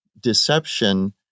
deception